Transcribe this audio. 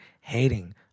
hating